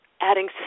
adding